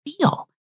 feel